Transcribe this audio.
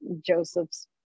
Joseph's